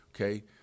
okay